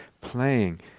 Playing